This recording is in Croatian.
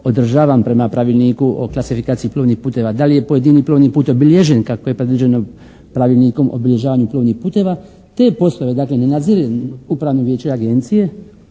održavan prema Pravilniku o klasifikaciji plovnih puteva, da li je pojedini plovni put obilježen kako je predviđeno Pravilnikom o obilježavanju plovnih puteva. Te poslove dakle ne nadzire Upravno vijeće Agencije